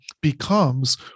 becomes